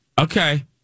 Okay